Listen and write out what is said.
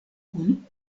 kun